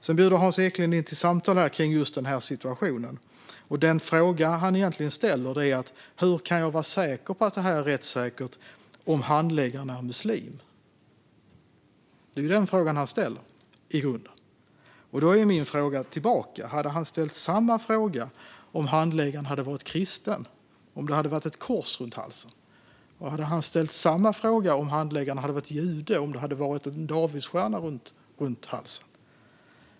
Hans Eklind bjuder in till samtal om just denna situation. Den fråga han egentligen ställer är: Hur kan jag vara säker på att detta är rättssäkert om handläggaren är muslim? I grunden är det detta han frågar om. Min fråga tillbaka är: Hade han ställt samma fråga om handläggaren hade varit kristen och om det hade varit ett kors runt halsen? Hade han ställt samma fråga om handläggaren hade varit jude och om det hade varit en davidsstjärna runt halsen?